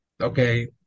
Okay